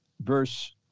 verse